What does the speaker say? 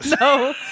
no